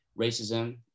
racism